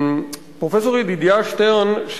פרופסור ידידיה שטרן,